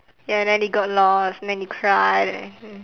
ya and then they got lost and then they cry and then hmm